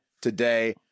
today